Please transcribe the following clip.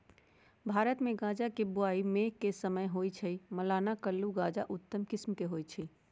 भारतमे गजा के बोआइ मेघ के समय होइ छइ, मलाना कुल्लू के गजा उत्तम किसिम के होइ छइ